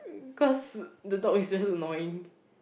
cause the dog is just annoying